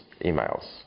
emails